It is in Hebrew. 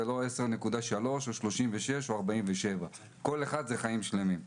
זה לא 10.3 או 36 או 47. כל אחד זה חיים שלמים.